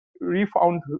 refound